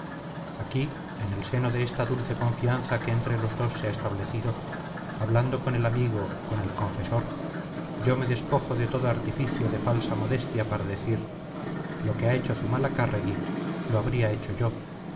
aquí en el seno de esta dulce confianza que entre los dos se ha establecido hablando con el amigo con el confesor yo me despojo de todo artificio de falsa modestia para decir lo que ha hecho zumalacárregui lo habría hecho yo